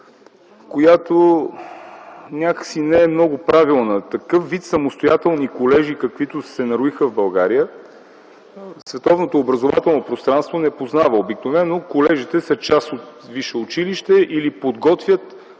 която някак си не е много правилна. Такъв вид самостоятелни колежи, каквито се нароиха в България, световното образователно пространство не познава. Обикновено колежите са част от висше училище или подготвят